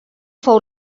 fou